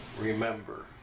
remember